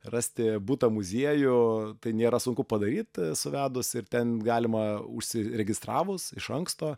rasti butą muziejų tai nėra sunku padaryt suvedus ir ten galima užsiregistravus iš anksto